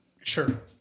Sure